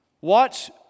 Watch